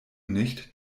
nicht